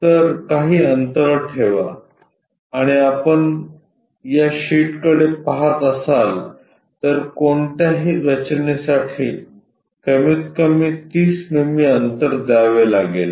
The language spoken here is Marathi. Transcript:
तर काही अंतर ठेवा आणि आपण या शीटकडे पाहत असाल तर कोणत्याही रचनेसाठी कमीत कमी 30 मिमी अंतर द्यावे लागेल